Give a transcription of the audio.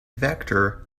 vector